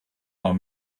are